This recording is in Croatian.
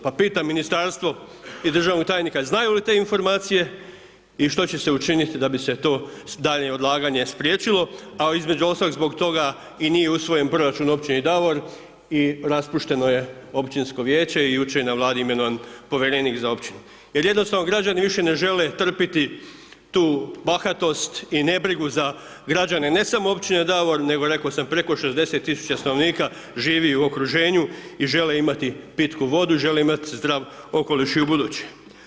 Pa pitam ministarstvo i državnog tajnika, znaju li te informacije i što će se učiniti da bi se to daljnje odlaganje spriječilo, a između ostalog, zbog toga i nije usvojen proračun u općini Davor i raspušteno je općinsko vijeće i jučer je na vladi imenovan povjerenik za … Jer jednostavno građani više ne žele trpiti tu bahatost i nebrigu za građane, ne samo općine Davor, nego rekao sam preko 60 tisuća stanovnika živi u okruženju i žele imati pitku vodu i žele imati zdrav okoliš i ubuduće.